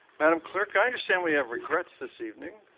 madam clerk, i understand we have regrets this evening.